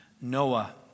Noah